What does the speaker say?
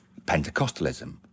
Pentecostalism